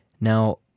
Now